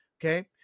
okay